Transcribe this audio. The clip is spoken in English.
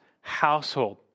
household